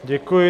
Děkuji.